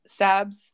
Sabs